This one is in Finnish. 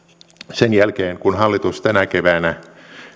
sen jälkeen kun hallitus tänä keväänä